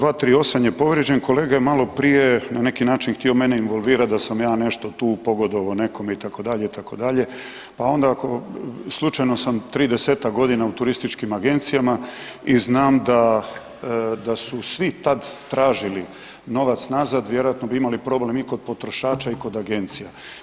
238. je povrijeđen, kolega je maloprije na neki način htio mene involvirat da sam ja nešto tu pogodovao nekome itd., itd., pa onda slučajno sam 30-ak godina u turističkim agencijama i znam da su svi tad tražili novac nazad, vjerojatno bi imali problem i kod potrošača i kod agencija.